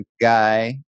guy